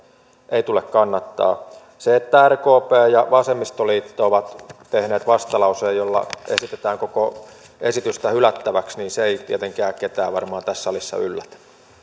ei tule kannattaa se että rkp ja ja vasemmistoliitto ovat tehneet vastalauseen jolla esitetään koko esitystä hylättäväksi ei tietenkään ketään varmaan tässä salissa yllätä